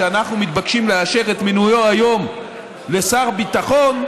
שאנחנו מתבקשים לאשר את מינויו היום לשר ביטחון,